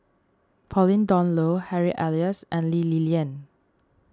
Pauline Dawn Loh Harry Elias and Lee Li Lian